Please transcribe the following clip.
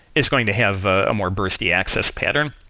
it's going to have a more bursty access pattern.